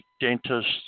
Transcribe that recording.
dentists